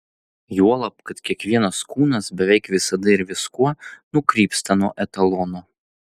juolab kad kiekvienas kūnas beveik visada ir viskuo nukrypsta nuo etalono